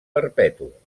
perpetu